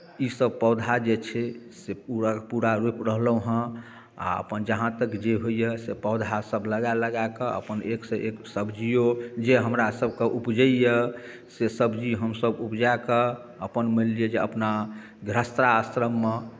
ईसभ पौधा जे छै से पूराके पूरा रोपि रहलहुँ हँ आ अपन जहाँ तक जे होइए से पौधासभ लगाए लगाए कऽ अपन एकसँ एक सब्जियो जे हमरासभके उपजैए से सब्जी हमसभ उपजाए कऽ अपन मानि लिअ जे अपना गृहस्थाश्रममे